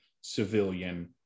civilian